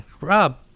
rob